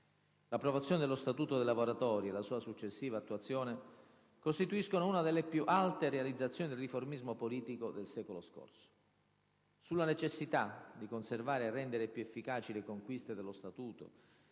L'approvazione dello Statuto dei lavoratori e la sua successiva attuazione costituiscono una delle più alte realizzazioni del riformismo politico del secolo scorso. Sulla necessità di conservare e rendere più efficaci le conquiste dello Statuto,